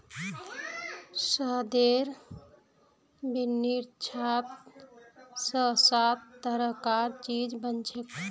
शहदेर बिन्नीर छात स सात तरह कार चीज बनछेक